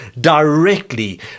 directly